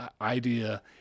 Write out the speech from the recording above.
idea